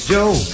Joe